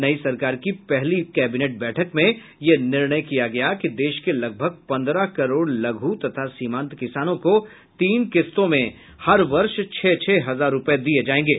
नई सरकार की पहली कैबिनेट बैठक में यह निर्णय किया गया कि देश के लगभग पन्द्रह करोड़ लघु तथा सीमांत किसानों को तीन किस्तों में हर वर्ष छह छह हजार रूपये दिये जायेंगे